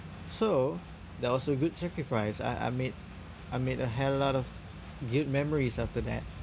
so that was a good sacrifice I I made I made a hell lot of good memories after that